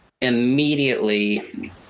immediately